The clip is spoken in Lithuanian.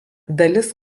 dalis